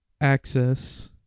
Access